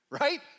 Right